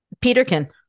Peterkin